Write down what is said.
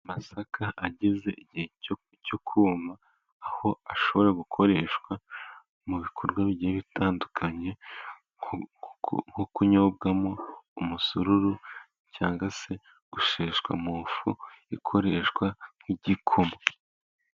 Amasaka ageze igihe cyo kuma, aho ashobora gukoreshwa mu bikorwa bi bitandukanye, nkaho ashobora kunyobwamo umusururu cyangwa se gusheshwa ifu ikoreshwa nk'igikoma.